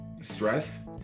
stress